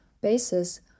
basis